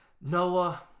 Noah